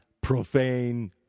profane